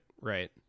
right